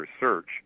research